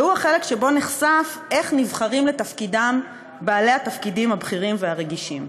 והוא החלק שבו נחשף איך נבחרים לתפקידם בעלי התפקידים הבכירים והרגישים.